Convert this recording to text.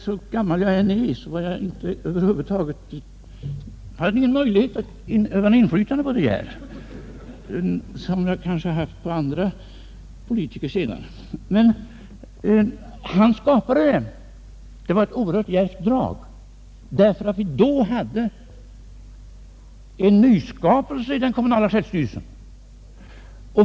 Så gammal jag än är hade jag ingen möjlighet att öva inflytande på De Geer; som jag kanske haft när det gällt andra politiker senare. De Geer skapade det kommunala sambandet, och det var ett oerhört djärvt drag, ty vi hade då en nyskapelse i den kommunala självstyrelsen.